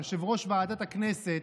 יושב-ראש ועדת הכנסת,